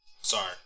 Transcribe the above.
Sorry